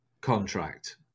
contract